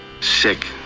sick